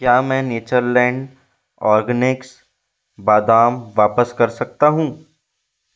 क्या मैं Natureland Organics बादाम वापस कर सकता हूँ